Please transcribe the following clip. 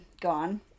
gone